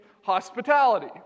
hospitality